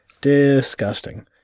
Disgusting